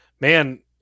man